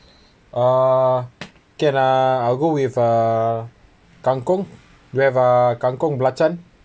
uh can uh I'll go with uh kangkong with uh kangkong belacan